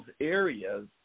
areas